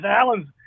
Alan's